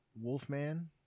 Wolfman